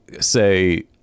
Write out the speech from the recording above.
say